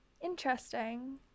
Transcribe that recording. Interesting